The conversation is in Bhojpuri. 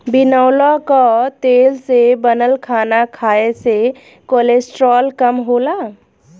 बिनौला कअ तेल से बनल खाना खाए से कोलेस्ट्राल कम होला